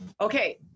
Okay